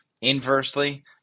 inversely